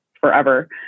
forever